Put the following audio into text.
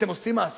אתם עושים מעשה?